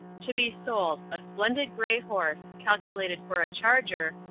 to be sold, a splendid gray horse, calculated for a charger,